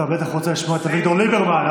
אתה בטח רוצה לשמוע את אביגדור ליברמן,